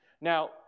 Now